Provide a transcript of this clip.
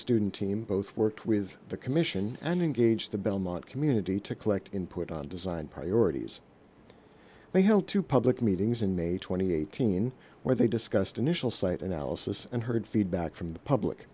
student team both worked with the commission and engaged the belmont community to collect input on design priorities they held to public meetings in may two thousand and eighteen where they discussed initial site analysis and heard feedback from the public